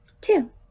Two